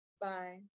Bye